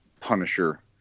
Punisher